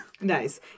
Nice